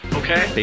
okay